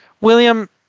William